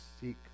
seek